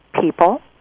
people